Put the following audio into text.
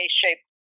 shape